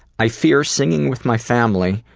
i fear singing with my family,